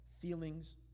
feelings